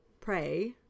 Pray